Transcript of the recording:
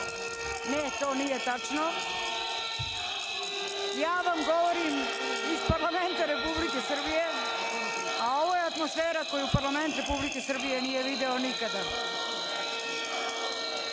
ne to nije tačno, govorim iz parlamenta Republike Srbije, a ovo je atmosfera koju parlament Republike Srbije nije video